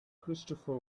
christopher